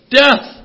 death